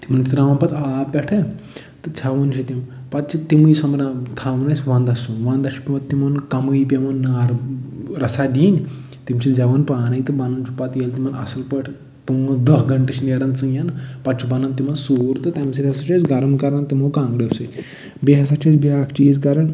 تِمن چھِ ترٛاوان پتہٕ آب پٮ۪ٹھٕ تہٕ ژھٮ۪وان چھِ تِم پتہٕ چھِ تِمٕے سۄبرا تھاون أسۍ ونٛدس سُنٛمب ونٛدس چھُ پٮ۪وان تِمن کمٕے پٮ۪وان نارٕ رژھا دِنۍ تِم چھِ زٮ۪وان پانَے تہٕ بَنان چھُ پتہٕ ییٚلہِ تِمن اصٕل پٲٹھۍ پانٛژھ دَہ گنٛٹہٕ چھِ نیران ژٕنٛیَن پتہٕ چھُ بَنان تِمن سوٗر تہٕ تَمہِ سۭتۍ ہَسا چھُ اَسہِ گرٕم کَران تِمو کانٛگریو سۭتۍ بیٚیہِ ہَسا چھِ أسۍ بیٛاکھ چیٖز کَران